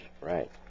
Right